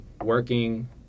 working